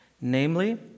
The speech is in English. Namely